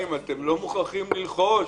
ועכשיו מאריכים ל-15 שנה,